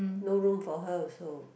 no room for her also